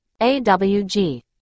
awg